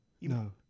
No